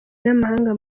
n’amahanga